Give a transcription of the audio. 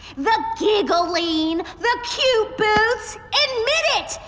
the giggling, the cute boots. admit it,